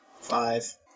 Five